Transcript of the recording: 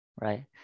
right